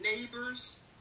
neighbors